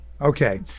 Okay